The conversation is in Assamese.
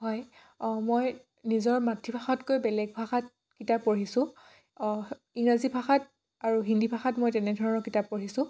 হয় মই নিজৰ মাতৃভাষাতকৈ বেলেগ ভাষাত কিতাপ পঢ়িছোঁ ইংৰাজী ভাষাত আৰু হিন্দী ভাষাত মই তেনেধৰণৰ কিতাপ পঢ়িছোঁ